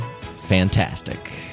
fantastic